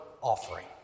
offering